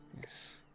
Yes